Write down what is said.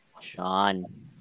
Sean